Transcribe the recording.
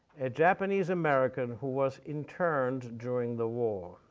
a japanese american who was interned during the war.